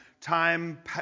time